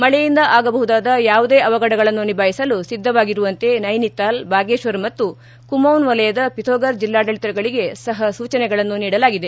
ಮಳೆಯಿಂದ ಆಗಬಹುದಾದ ಯಾವುದೇ ಅವಘಡಗಳನ್ನು ನಿಭಾಯಿಸಲು ಸಿದ್ದವಾಗಿರುವಂತೆ ನೈನಿತಾಲ್ ಬಾಗೇಶ್ವರ್ ಮತ್ತು ಕುಮೌನ್ ವಲಯದ ಪಿತೋಫರ್ ಜಿಲ್ಲಾಡಳಿತಗಳಿಗೆ ಸಹ ಸೂಚನೆಗಳನ್ನು ನೀಡಲಾಗಿದೆ